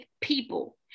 people